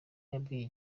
yabwiye